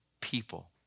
people